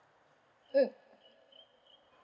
mm